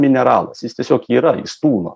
mineralas jis tiesiog yra jis tūno